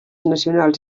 nacionals